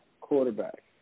quarterback